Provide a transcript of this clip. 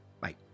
Bye